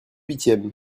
huitièmes